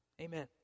Amen